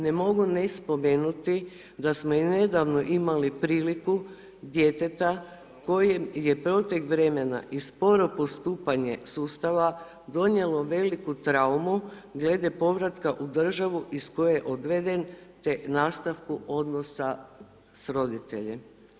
Ne mogu ne spomenuti da smo i nedavno imali priliku djeteta kojem je protek vremena i sporo postupanje sustava, donijelo veliku traumu glede povrata u državu iz koje je odveden te nastavku odnosa sa roditeljem.